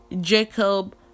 Jacob